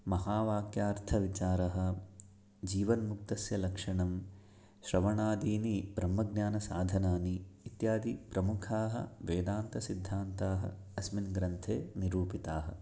महावाक्यार्थविचारः जीवन्मुक्तस्य लक्षणं श्रवणादीनि ब्रह्मज्ञानसाधनानि इत्यादिप्रमुखाः वेदान्तसिद्धान्ताः अस्मिन् ग्रन्थे निरूपिताः